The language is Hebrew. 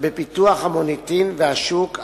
בפיתוח המוניטין והשוק,